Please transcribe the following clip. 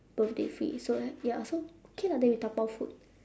birthday free so ya so okay lah then we dabao food